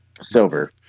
Silver